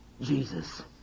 Jesus